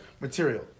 material